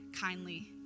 kindly